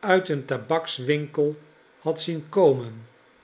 uit een tabakswinkel had zien komen